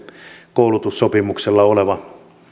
koulutussopimuksella oleva